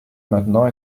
maintenant